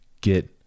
get